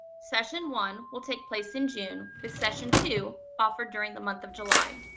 session one, will take place in june with session two offer during the month of july.